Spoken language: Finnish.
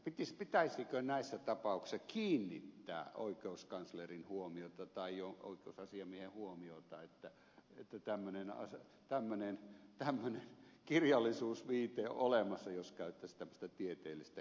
pitäisikö näissä tapauksissa kiinnittää oikeuskanslerin huomiota tai oikeusasiamiehen huomiota siihen että tämmöinen kirjallisuusviite on olemassa jos käyttäisi tämmöistä tieteellistä ilmaisua